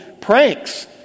pranks